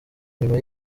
nyuma